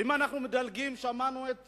אם אנחנו מדלגים, שמענו את